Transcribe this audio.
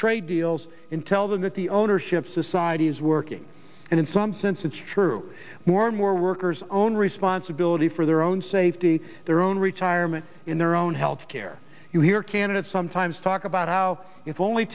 trade deals in tell them that the ownership society is working and in some sense it's true more and more workers own responsibility for their own safety their own retirement in their own health care you hear candidates sometimes talk about how if only